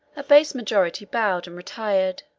a base majority bowed and retired